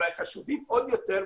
אולי חשובים עוד יותר,